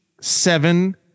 seven